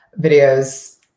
videos